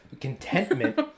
Contentment